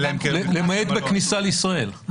למעט בכניסה לישראל.